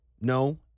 No